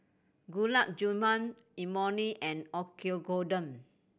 Gulab Jamun Imoni and Oyakodon